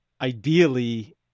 ideally